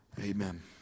Amen